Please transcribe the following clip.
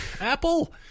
Apple